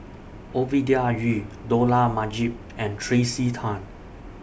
Ovidia Yu Dollah Majid and Tracey Tan